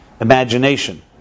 Imagination